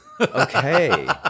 Okay